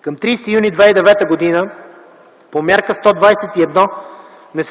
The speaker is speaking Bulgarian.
Към 30 юни 2009 г. по мярка 121 не